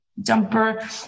Jumper